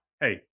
hey